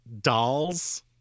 dolls